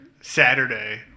Saturday